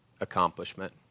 accomplishment